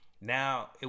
Now